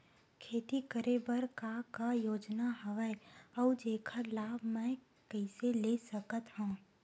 खेती करे बर का का योजना हवय अउ जेखर लाभ मैं कइसे ले सकत हव?